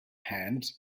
hand